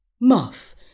Muff